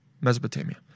Mesopotamia